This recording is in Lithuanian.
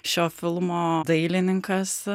šio filmo dailininkas